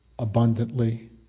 abundantly